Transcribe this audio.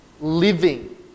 living